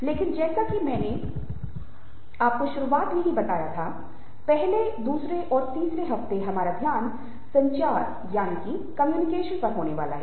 लेकिन जैसा कि मैंने आपको शुरुआत में ही बताया था पहले दूसरे और तीसरे हफ्ते हमारा ध्यान संचारकम्युनिकेशन communication पर होने वाला है